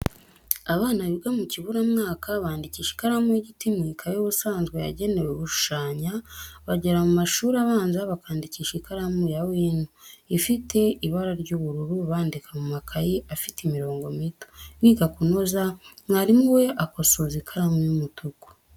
Abana biga mu kiburamwaka bandikisha ikaramu y'igiti mu ikayi ubusanzwe yagenewe gushushanya, bagera mu mashuri abanza bakandikisha ikaramu ya wino, ifite ibara ry'ubururu, bandika mu makayi afite imirongo mito, biga kunoza, mwarimu we akosoza ikaramu y'umutuku.